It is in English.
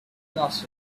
lost